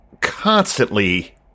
constantly